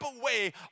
away